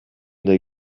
they